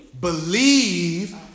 Believe